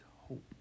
hope